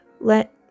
let